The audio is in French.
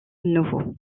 nouveau